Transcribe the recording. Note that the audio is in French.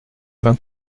vingt